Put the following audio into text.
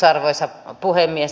arvoisa puhemies